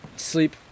sleep